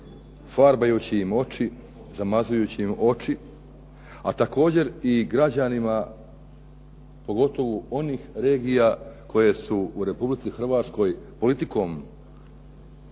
farbajući im oči, zamazujući im oči, a također i građanima, pogotovo onih regija koje su u RH politikom